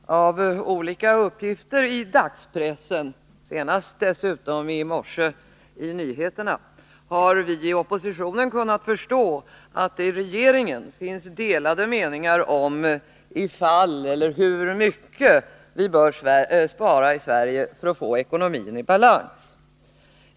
Herr talman! Av olika uppgifter i dagspressen och senast dessutom i morse i radionyheterna har vi i oppositionen kunnat förstå att det i regeringen finns delade meningar om, eller hur mycket, vi bör spara i Sverige för att få ekonomin i balans.